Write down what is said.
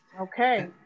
Okay